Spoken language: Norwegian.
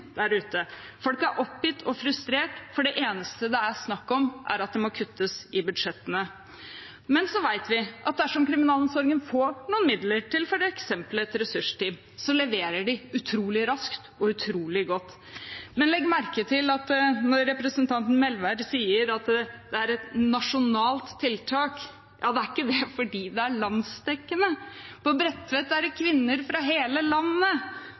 der ute, folk er oppgitt og frustrert, for det eneste det er snakk om, er at det må kuttes i budsjettene. Så vet vi at dersom kriminalomsorgen får noen midler til f.eks. et ressursteam, leverer de utrolig raskt og utrolig godt. Men legg merke til, når representanten Melvær sier at det er et «nasjonalt» tiltak – det er ikke det fordi det er landsdekkende. På Bredtveit er det kvinner fra hele landet,